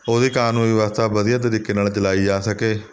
ਉਹਦੀ ਕਾਨੂੰਨ ਵਿਵਸਥਾ ਵਧੀਆ ਤਰੀਕੇ ਨਾਲ਼ ਚਲਾਈ ਜਾ ਸਕੇ